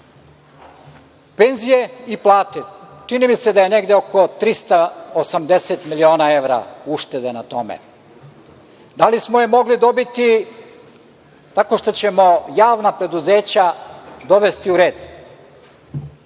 i plate, čini mi se da je negde oko 380 miliona evra uštede na tome. Da li smo je mogli dobiti tako što ćemo javna preduzeća dovesti u red?